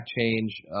change